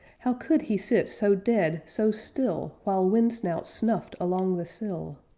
how could he sit so dead, so still! while wind snouts snuffed along the sill?